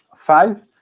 Five